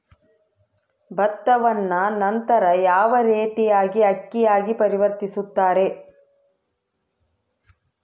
ಭತ್ತವನ್ನ ನಂತರ ಯಾವ ರೇತಿಯಾಗಿ ಅಕ್ಕಿಯಾಗಿ ಪರಿವರ್ತಿಸುತ್ತಾರೆ?